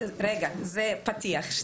רגע, זה פתיח.